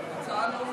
ההצעה לא מוצמדת.